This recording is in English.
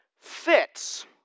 fits